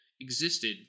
existed